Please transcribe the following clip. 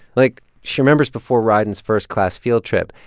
like, she remembers before rieden's first class field trip,